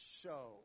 show